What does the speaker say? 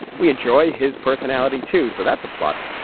we enjoy his personality too so that's a plus.